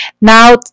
now